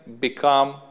become